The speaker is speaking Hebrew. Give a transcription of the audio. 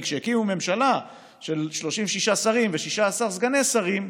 כי כשהקימו ממשלה של 36 שרים ו-16 סגני שרים,